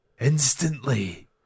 instantly